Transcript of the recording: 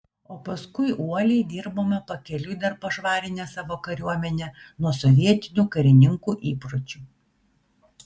o paskui uoliai dirbome pakeliui dar pašvarinę savo kariuomenę nuo sovietinių karininkų įpročių